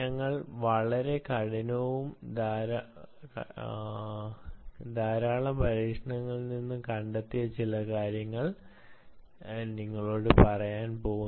ഞങ്ങൾ വളരെ കഠിനവും ധാരാളം പരീക്ഷണങ്ങളിൽ നിന്നും കണ്ടെത്തിയ ചില കാര്യങ്ങൾ ഞാൻ നിങ്ങളോട് പറയാൻ പോകുന്നു